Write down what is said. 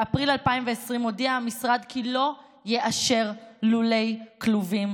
באפריל 2020 הודיע המשרד כי לא יאשר לולי כלובים